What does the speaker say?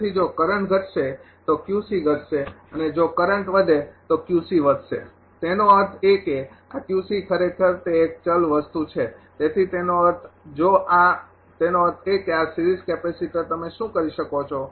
તેથી જો કરંટ ઘટશે તો ઘટશે જો કરંટ વધે તો વધશે તેનો અર્થ એ કે આ ખરેખર તે એક ચલ વસ્તુ છે તેથી તેનો અર્થ જો આ તેનો અર્થ એ કે આ સિરીઝ કેપેસિટર તમે શું કરી શકો છો